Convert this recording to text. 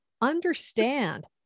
understand